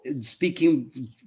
speaking